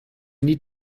need